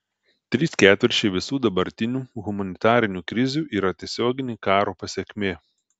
trys ketvirčiai visų dabartinių humanitarinių krizių yra tiesioginė karo pasekmė